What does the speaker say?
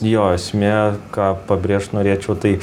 jo esmė ką pabrėžt norėčiau tai